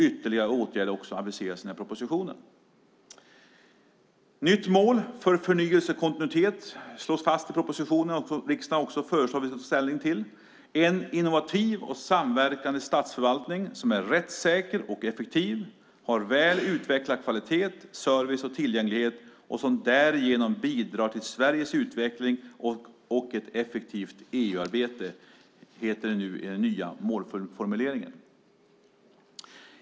Ytterligare åtgärder har också aviserats i denna proposition. Ett nytt mål för förnyelse och kontinuitet slås fast i propositionen och som riksdagen föreslås ta ställning till. En innovativ och samverkande statsförvaltning som är rättssäker och effektiv, har väl utvecklad kvalitet, service och tillgänglighet och som därigenom bidrar till Sveriges utveckling och ett effektivt EU-arbete, heter det nu i den nya målformuleringen.